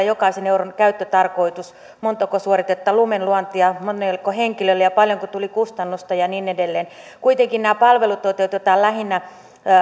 jokaisen euron käyttötarkoitus montako suoritetta lumenluontia monelleko henkilölle ja paljonko tuli kustannusta ja niin edelleen kuitenkin nämä palvelut toteutetaan lähinnä